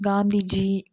Gandhiji